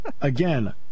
Again